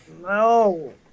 No